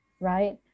right